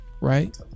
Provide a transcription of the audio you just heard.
Right